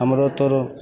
हमरो तोरो